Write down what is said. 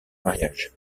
mariages